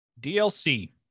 DLC